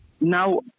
now